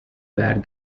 bad